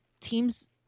teams